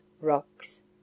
rocks